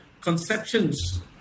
conceptions